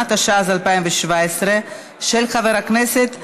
57 חברי כנסת בעד,